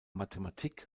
mathematik